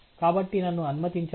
కాబట్టి నన్ను అనుమతించండి